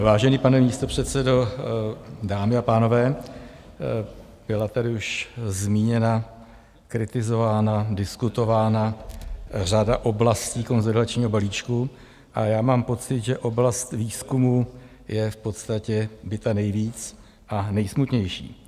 Vážený pane místopředsedo, dámy a pánové, byla tady už zmíněna, kritizována, diskutována řada oblastí konsolidačního balíčku a já mám pocit, že oblast výzkumu je v podstatě bita nejvíc a nejsmutnější.